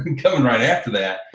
coming right after that,